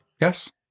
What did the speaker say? Yes